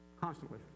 Constantly